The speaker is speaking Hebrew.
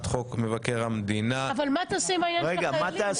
חוק מבקר המדינה --- אבל מה תעשה עם העניין של החיילים?